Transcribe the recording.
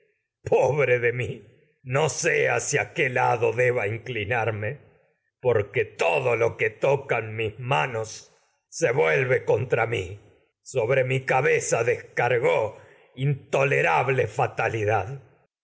ésta también pobx e porque mi hacia qué lado deba inclinarme contra todo mi lo que tocan mis manos se vuelve mi sobre cabeza descargó intolerable fatalidad